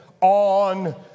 on